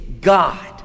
God